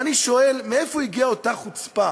ואני שואל: מאיפה הגיעה אותה חוצפה